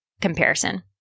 comparison